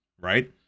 right